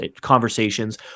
conversations